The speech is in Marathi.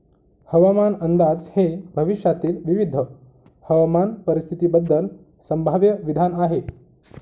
हवामान अंदाज हे भविष्यातील विविध हवामान परिस्थितींबद्दल संभाव्य विधान आहे